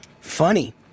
Funny